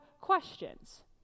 questions